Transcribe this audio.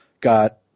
got